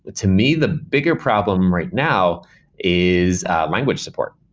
to me, the bigger problem right now is language support.